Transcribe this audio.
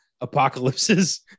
apocalypses